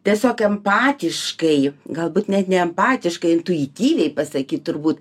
tiesiog empatiškai galbūt net ne empatiškai intuityviai pasakyt turbūt